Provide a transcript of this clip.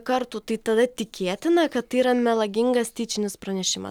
kartų tai tada tikėtina kad tai yra melagingas tyčinis pranešimas